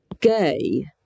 gay